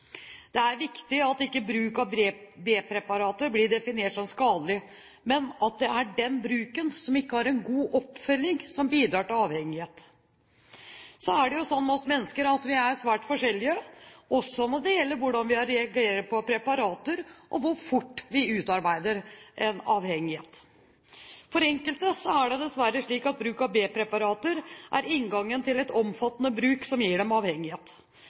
Det er viktig at ikke bruk av B-preparater blir definert som skadelig, men at det er den bruken som ikke har en god oppfølging, som bidrar til avhengighet. Så er det jo slik med oss mennesker at vi er svært forskjellige, også når det gjelder hvordan vi reagerer på preparater og hvor fort vi opparbeider en avhengighet. For enkelte er det dessverre slik at bruk av B-preparater er inngangen til en omfattende bruk som gir dem avhengighet.